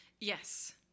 Yes